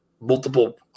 multiple